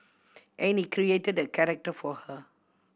and he created a character for her